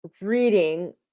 reading